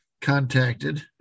contacted